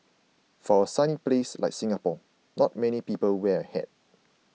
for a sunny place like Singapore not many people wear a hat